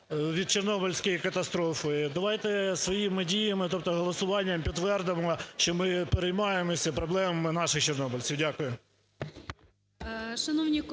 від Чорнобильської катастрофи. Давайте своїми діями, тобто голосуванням підтвердимо що ми переймаємося проблемами наших чорнобильців. Дякую.